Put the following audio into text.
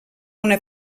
una